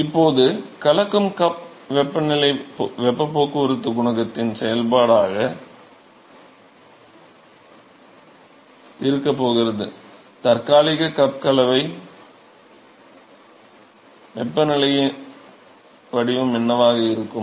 இப்போது கலக்கும் கப் வெப்பநிலை வெப்பப் போக்குவரத்துக் குணகத்தின் செயல்பாடாக இருக்கப் போகிறது தற்காலிக கப் கலவை வெப்பநிலையின் வடிவம் என்னவாக இருக்கும்